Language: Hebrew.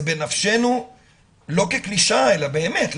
זה בנפשנו לא כקלישאה, אלא באמת.